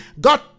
God